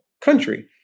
country